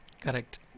Correct